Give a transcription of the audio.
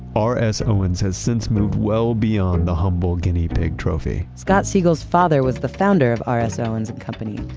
r s. owens has since moved well beyond the humble guinea pig trophy scott siegel's father was the founder of r s. owens and company,